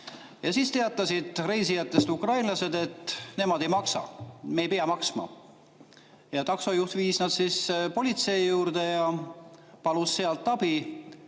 Ja siis teatasid ukrainlastest reisijad, et nemad ei maksa, nad ei pea maksma. Taksojuht viis nad politsei juurde ja palus sealt abi.